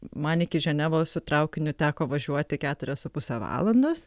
man iki ženevos su traukiniu teko važiuoti keturias su puse valandos